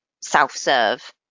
self-serve